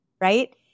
right